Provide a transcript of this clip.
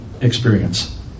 experience